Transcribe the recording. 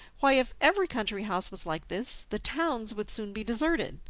why, if every country house was like this, the towns would soon be deserted.